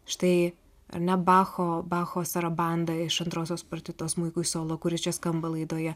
štai ar ne bacho bacho sarabanda iš antrosios partitos smuikui solo kuri čia skamba laidoje